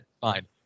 fine